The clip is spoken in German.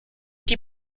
die